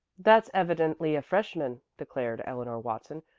that's evidently a freshman, declared eleanor watson,